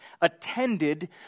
attended